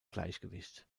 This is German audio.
gleichgewicht